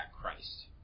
Christ